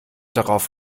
darauf